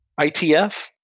ITF